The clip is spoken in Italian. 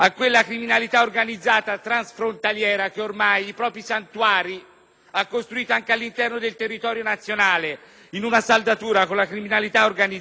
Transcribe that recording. santuari anche all'interno del territorio nazionale, in una saldatura con la criminalità organizzata italiana. Abbiamo agito prioritariamente